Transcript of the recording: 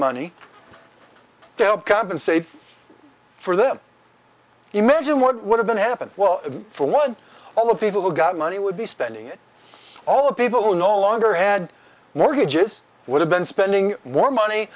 help compensate for them imagine what would have been happen well for one all the people who got money would be spending it all the people who no longer had mortgages would have been spending more money